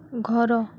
ଘର